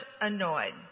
annoyed